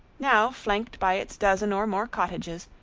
now, flanked by its dozen or more cottages,